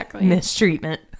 mistreatment